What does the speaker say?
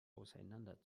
auseinander